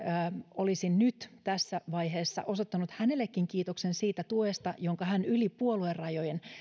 olisin nyt tässä vaiheessa osoittanut hänellekin kiitoksen siitä tuesta jonka hän yli puoluerajojen